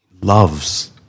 loves